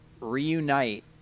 reunite